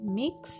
mix